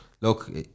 look